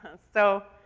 and so,